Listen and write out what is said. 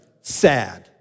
sad